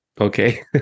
Okay